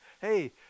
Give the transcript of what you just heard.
hey